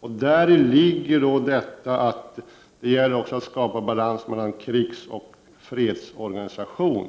Däri ligger då också att skapa balans mellan krigsoch fredsorganisation.